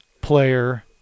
player